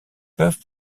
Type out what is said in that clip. peuvent